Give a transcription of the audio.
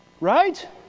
right